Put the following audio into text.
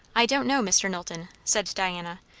i don't know, mr. knowlton, said diana,